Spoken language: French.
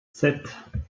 sept